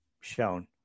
shown